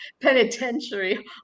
penitentiary